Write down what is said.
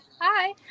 Hi